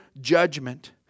judgment